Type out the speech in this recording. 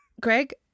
Greg